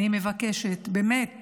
אני מבקשת באמת